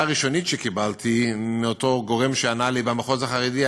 הראשונית שקיבלתי מאותו גורם שענה לי במחוז החרדי,